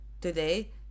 today